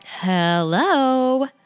Hello